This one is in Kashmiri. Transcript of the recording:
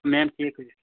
میم ٹھیٖک حظ